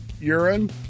urine